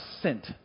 sent